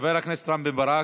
חבר הכנסת רם בן ברק.